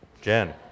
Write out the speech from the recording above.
Jen